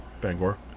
Bangor